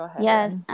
Yes